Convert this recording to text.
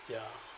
ya